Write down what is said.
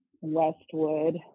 Westwood